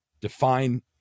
define